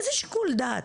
איזה שיקול דעת?